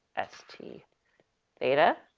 s t theta.